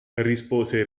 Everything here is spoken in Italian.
rispose